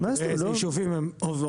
ותראה לצד אילו יישובים הם עוברים.